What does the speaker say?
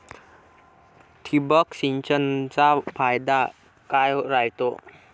ठिबक सिंचनचा फायदा काय राह्यतो?